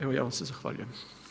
Evo ja vam se zahvaljujem.